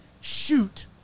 Shoot